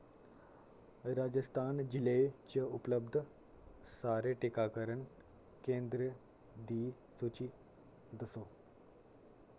राजस्थान जि'ले च उपलब्ध सारे टीकाकरण केंदरें दी सूची दस्सो